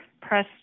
press